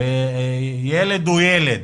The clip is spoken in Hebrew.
וילד הוא ילד.